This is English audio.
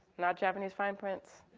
not japanese fine prints.